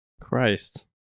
Christ